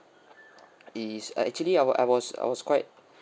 is I actually I wa~ I was I was quite